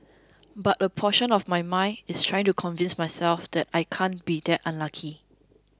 but a portion of my mind is trying to convince myself that I can't be that unlucky